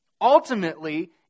ultimately